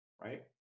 right